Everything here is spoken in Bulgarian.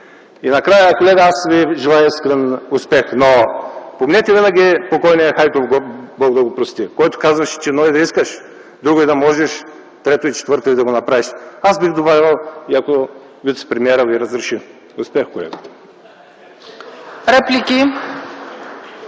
Накрая, колега, аз Ви желая искрено успех! Но помнете винаги покойния Хайтов, Бог да го прости, който казваше, че едно е да искаш, друго е да можеш, трето и четвърто е да го направиш. Аз бих добавил – и ако вицепремиерът Ви разреши. Успех, колега! (Частични